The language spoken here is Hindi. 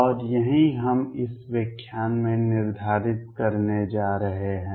और यही हम इस व्याख्यान में निर्धारित करने जा रहे हैं